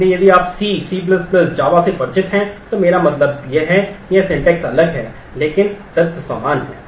इसलिए यदि आप C C Java से परिचित हैं तो मेरा मतलब है कि यह सिंटैक्स अलग है लेकिन तत्व समान हैं